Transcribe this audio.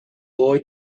boy